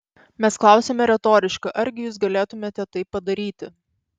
mes klausiame retoriškai argi jus galėtumėte tai padaryti